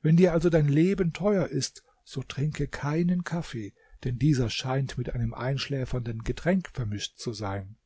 wenn dir also dein leben teuer ist so trinke keinen kaffee denn dieser scheint mit einem einschläfernden getränk vermischt zu sein